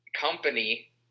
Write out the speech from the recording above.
company